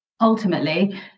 ultimately